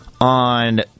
on